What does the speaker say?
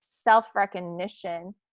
self-recognition